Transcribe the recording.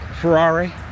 Ferrari